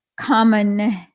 common